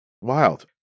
wild